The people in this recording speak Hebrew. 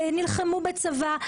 ונלחמו בצבא,